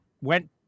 went